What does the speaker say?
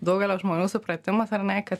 daugelio žmonių supratimas ar ne kad